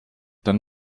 dann